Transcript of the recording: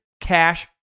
Cash